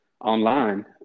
online